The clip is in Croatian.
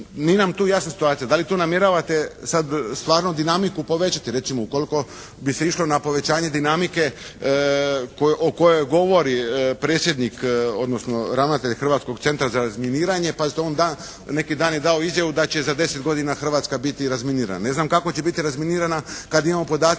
Nije nam tu jasna situacija. Da li tu namjeravate sad stvarno dinamiku povećati? Recimo ukoliko bi se išlo na povećanje dinamike o kojoj govori predsjednik odnosno ravnatelj Hrvatskog centra za raminiranje. Pazite on da, neki dan je dao izjavu da će za 10 godina Hrvatska biti razminirana. Ne znam kako će biti razminirana kad imamo podatke